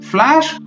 Flash